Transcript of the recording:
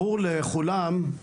ברור לכולם,